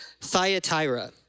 Thyatira